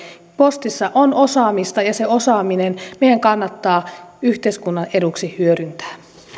postissa on osaamista ja se osaaminen meidän kannattaa yhteiskunnan eduksi hyödyntää